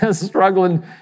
struggling